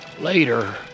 later